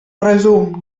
resum